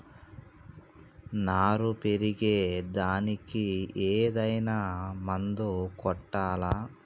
నారు పెరిగే దానికి ఏదైనా మందు కొట్టాలా?